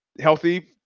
healthy